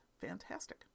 fantastic